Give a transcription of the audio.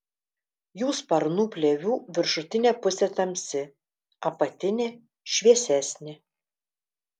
jų sparnų plėvių viršutinė pusė tamsi apatinė šviesesnė